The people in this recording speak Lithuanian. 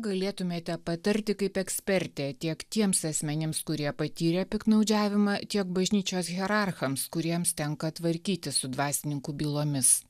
galėtumėte patarti kaip ekspertė tiek tiems asmenims kurie patyrė piktnaudžiavimą tiek bažnyčios hierarchams kuriems tenka tvarkytis su dvasininkų bylomis